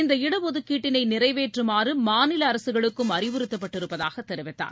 இந்த இடஒதுக்கீட்டினை நிறைவேற்றுமாறு மாநில அரசுகளுக்கும் அறிவுறுத்தப்பட்டிருப்பதாக தெரிவித்தார்